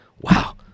wow